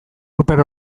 ruper